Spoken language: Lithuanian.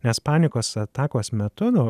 nes panikos atakos metu nu